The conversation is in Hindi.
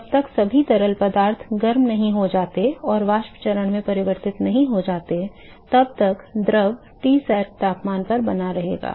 जब तक सभी तरल पदार्थ गर्म नहीं हो जाते और वाष्प चरण में परिवर्तित नहीं हो जाते तब तक द्रव Tsat तापमान पर बना रहेगा